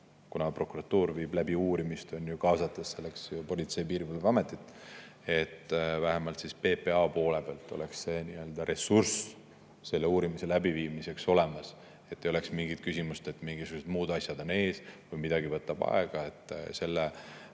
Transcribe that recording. kuna prokuratuur viib läbi uurimist, kaasates Politsei- ja Piirivalveametit –, et vähemalt PPA poole pealt oleks ressurss selle uurimise läbiviimiseks olemas, et ei oleks mingit küsimust, et mingisugused muud asjad on ees või midagi võtab aega. Selle